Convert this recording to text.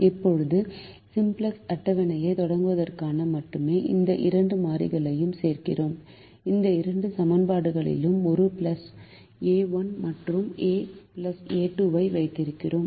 இப்போது சிம்ப்ளக்ஸ் அட்டவணையைத் தொடங்குவதற்காக மட்டுமே இந்த இரண்டு மாறிகளையும் சேர்க்கிறோம் இந்த இரண்டு சமன்பாடுகளிலும் ஒரு a 1 மற்றும் a a2 ஐ வைக்கிறோம்